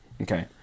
Okay